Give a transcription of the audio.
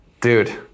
dude